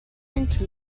into